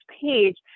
page